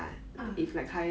ah